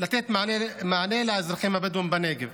לתת מענה לאזרחים הבדואים בנגב.